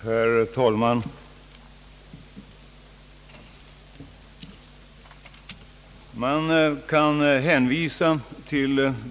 Herr talman!